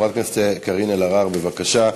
חברת הכנסת קארין אלהרר, בבקשה.